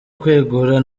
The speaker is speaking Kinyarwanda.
kwegura